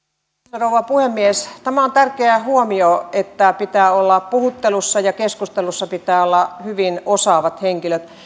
rouva puhemies tämä on tärkeä huomio että puhuttelussa ja keskustelussa pitää olla hyvin osaavat henkilöt